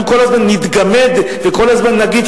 אנחנו כל הזמן נתגמד וכל הזמן נגיד